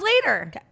later